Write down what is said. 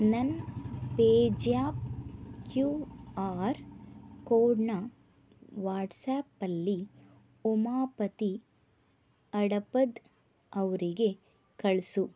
ನನ್ನ ಪೇಜ್ಯಾಪ್ Q R ಕೋಡನ್ನ ವಾಟ್ಸಾಪಲ್ಲಿ ಉಮಾಪತಿ ಹಡಪದ್ ಅವರಿಗೆ ಕಳಿಸು